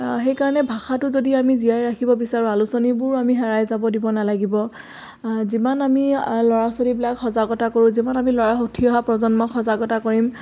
সেইকাৰণে ভাষাটো যদি আমি জীয়াই ৰাখিব বিচাৰোঁ আলোচনীবোৰ আমি হেৰাই যাব দিব নালাগিব যিমান আমি ল'ৰা ছোৱালীবিলাক সজাগতা কৰোঁ যিমান আমি ল'ৰা উঠি অহা প্ৰজন্মক সজাগতা কৰিম